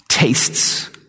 Tastes